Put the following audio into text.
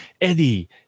Eddie